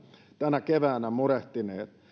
tänä keväänä murehtineet